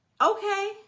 Okay